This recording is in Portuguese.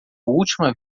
última